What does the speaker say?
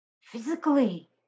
physically